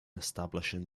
establishing